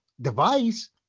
device